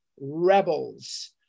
rebels